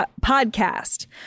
podcast